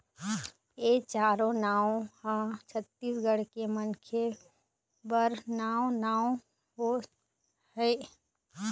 ए चारो नांव ह छत्तीसगढ़ के मनखे बर नवा नांव नो हय